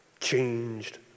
Changed